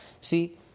See